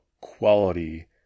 quality